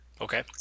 Okay